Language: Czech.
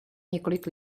několik